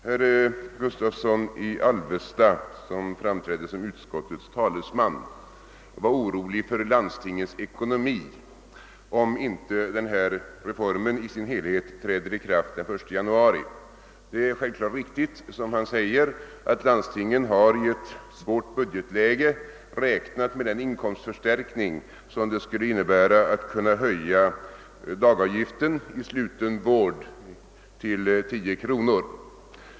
Herr Gustavsson i Alvesta som framträdde som utskottets talesman var orolig för landstingens ekonomi, om inte reformen i sin helhet träder i kraft den 1 januari. Det är självklart riktigt, som han säger, att landstingen har räknat med den inkomstförstärkning som det skulle innebära att kunna höja dagavgiften i sluten vård till 10 kronor.